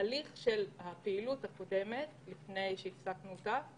עלייה נוספת בשיעור של הנרשמים.